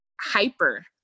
hyper